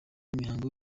mihango